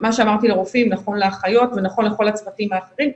מה שאמרתי על רופאים נכון לאחיות ונכון לכל הצוותים האחרים,